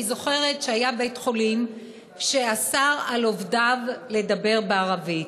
אני זוכרת שהיה בית-חולים שאסר על עובדיו לדבר בערבית.